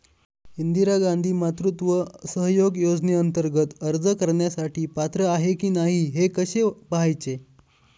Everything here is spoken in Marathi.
इंदिरा गांधी मातृत्व सहयोग योजनेअंतर्गत अर्ज करण्यासाठी पात्र आहे की नाही हे कसे पाहायचे?